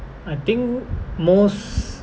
I think most